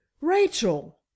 Rachel